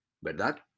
¿Verdad